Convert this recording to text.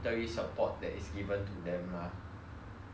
ya then then what about you eh like during this period